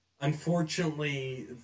unfortunately